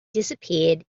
disappeared